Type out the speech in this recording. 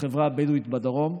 לחברה הבדואית בדרום.